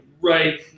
right